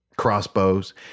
crossbows